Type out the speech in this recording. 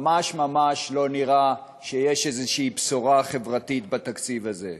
ממש ממש לא נראה שיש איזושהי בשורה חברתית בתקציב הזה.